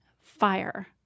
fire